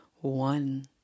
One